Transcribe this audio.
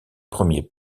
premiers